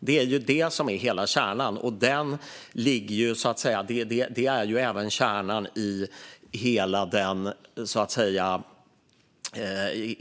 Det är det som är hela kärnan, och det är ju även kärnan i